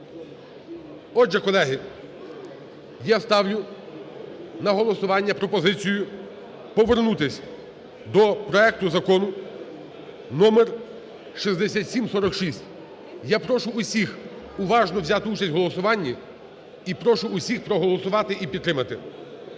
Отже, колеги, я ставлю на голосування пропозицію повернутися до проекту Закону № 6746. Я прошу всіх уважно взяти участь в голосуванні і прошу всіх проголосувати і підтримати.